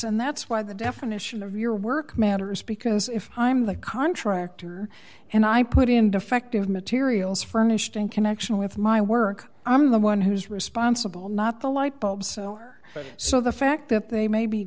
and that's why the definition of your work matters because if i'm the contractor and i put in defective materials furnished in connection with my work i'm the one who's responsible not the light bulbs so the fact that they may be